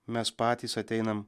mes patys ateinam